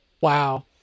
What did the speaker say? wow